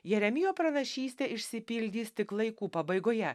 jeremijo pranašystė išsipildys tik laikų pabaigoje